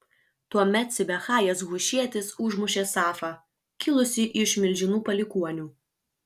tuomet sibechajas hušietis užmušė safą kilusį iš milžinų palikuonių